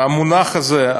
המונח הזה,